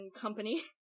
company